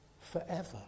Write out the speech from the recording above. forever